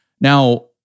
Now